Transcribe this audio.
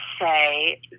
say